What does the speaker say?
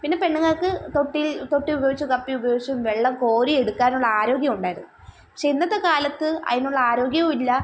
പിന്നെ പെണ്ണുങ്ങൾക്ക് തൊട്ടിയിൽ തൊട്ടി ഉപയോഗിച്ചും കപ്പി ഉപയോഗിച്ചും വെള്ളം കോരി എടുക്കാനുള്ള ആരോഗ്യം ഉണ്ടായിരുന്നു പക്ഷെ ഇന്നത്തെ കാലത്ത് അതിനുള്ള ആരോഗ്യവും ഇല്ല